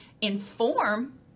inform